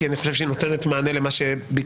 כי אני חושב שהיא נותנת מענה למה שביקשתי.